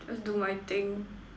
just do my thing